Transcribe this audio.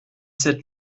sept